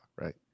right